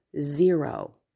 zero